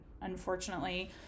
unfortunately